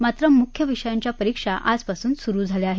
मात्र मुख्य विषयांच्या परीक्षा आजपासून सुरु झाल्या आहेत